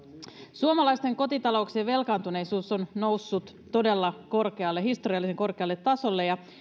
suomalaisten kotitalouksien velkaantuneisuus on noussut todella korkealle historiallisen korkealle tasolle ja